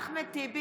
אימאן ח'טיב יאסין,